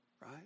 Right